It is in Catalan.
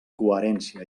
coherència